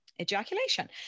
ejaculation